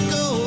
go